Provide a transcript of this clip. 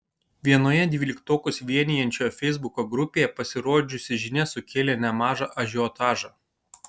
vienoje dvyliktokus vienijančioje feisbuko grupėje pasirodžiusi žinia sukėlė nemažą ažiotažą